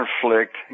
conflict